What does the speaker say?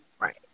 Right